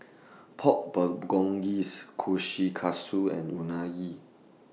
Pork Bulgogi's Kushikatsu and Unagi